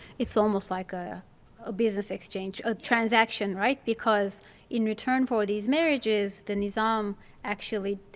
it's almost like ah a business exchange, a transaction, right? because in return for these marriages, the nizam actually